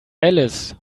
alice